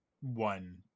one